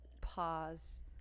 pause